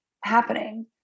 happening